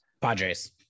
Padres